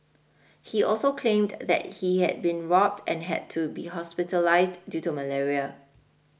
he also claimed that he had been robbed and had to be hospitalised due to malaria